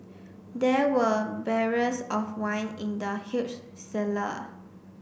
there were barrels of wine in the huge cellar